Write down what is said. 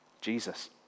Jesus